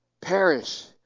Perish